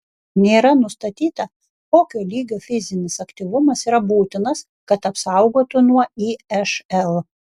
nėra nustatyta kokio lygio fizinis aktyvumas yra būtinas kad apsaugotų nuo išl